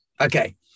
Okay